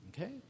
okay